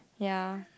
ya